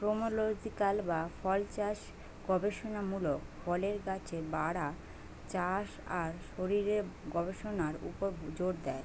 pomological বা ফলচাষ গবেষণা মূলত ফলের গাছের বাড়া, চাষ আর শরীরের গবেষণার উপর জোর দেয়